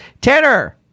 Tanner